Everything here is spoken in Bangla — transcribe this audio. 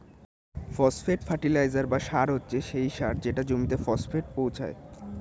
ফসফেট ফার্টিলাইজার বা সার হচ্ছে সেই সার যেটা জমিতে ফসফেট পৌঁছায়